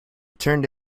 turned